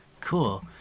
Cool